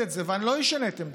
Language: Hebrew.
ואני לא אשנה את עמדתי.